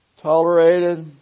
tolerated